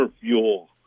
fuel